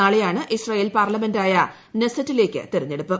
നാളെയാണ് ഇസ്രയേൽ പാർലമെന്റായ നെസറ്റിലേക്ക് തെരഞ്ഞെടുപ്പ്